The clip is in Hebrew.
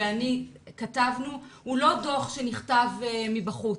ואני כתבנו הוא לא דוח שנכתב מבחוץ,